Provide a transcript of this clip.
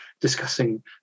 discussing